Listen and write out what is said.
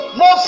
no